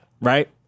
Right